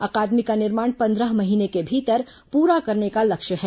अकादमी का निर्माण पंद्रह महीने के भीतर पूरा करने का लक्ष्य है